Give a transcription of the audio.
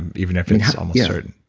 even if and it's um certain